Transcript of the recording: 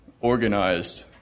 organized